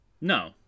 No